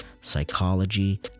psychology